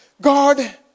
God